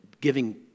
giving